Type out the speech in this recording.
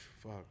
fuck